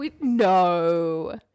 no